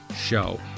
show